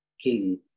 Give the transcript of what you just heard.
King